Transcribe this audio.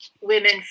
women